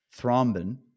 thrombin